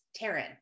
Taryn